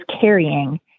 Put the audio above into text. carrying